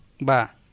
ba